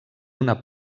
una